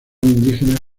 indígenas